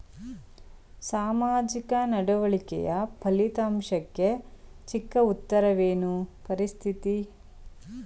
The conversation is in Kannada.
ಸಾಮಾಜಿಕ ನಡವಳಿಕೆಯ ಫಲಿತಾಂಶಕ್ಕೆ ಚಿಕ್ಕ ಉತ್ತರವೇನು? ಪರಿಸ್ಥಿತಿ ಅಥವಾ ಮಗು?